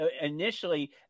initially